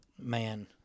Man